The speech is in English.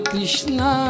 Krishna